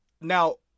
Now